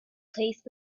place